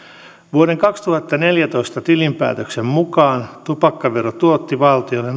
vuoden kaksituhattaneljätoista tilinpäätöksen mukaan tupakkavero tuotti valtiolle